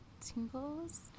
tingles